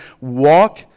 walk